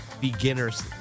beginner's